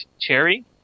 cherry